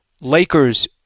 Lakers